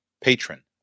patron